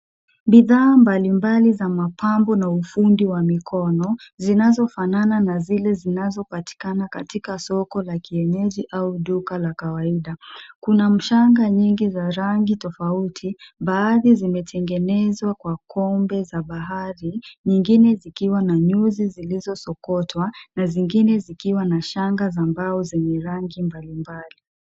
Bidhaa mbalimbali za mapambo na ufundi wa mikono, zinazofanana na zile zinazopatikana katika soko la kienyeji au duka la kawaida. Kuna shanga nyingi za rangi tofauti, baadhi zimetengenezwa kwa kombe za bahari, nyingine zikiwa na nyuzi zilizosokotwa na zingine zikiwa na shanga za mbao zenye rangi mbalimbali.